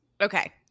okay